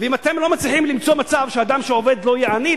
ואם אתם לא מצליחים למצוא מצב שאדם שעובד לא יהיה עני,